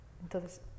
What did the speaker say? entonces